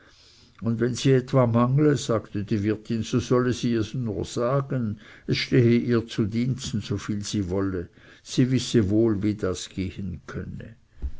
gesinnet wenn sie etwa mangle sagte die wirtin so solle sie es nur sagen es stehe ihr zu diensten so viel sie wolle sie wisse wohl wie das gehen könne